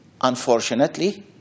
Unfortunately